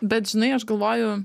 bet žinai aš galvoju